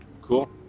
cool